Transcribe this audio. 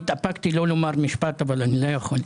אני התאפקתי לא לומר משפט אבל אני לא יכול.